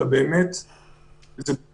אלא באמת --- הארץ.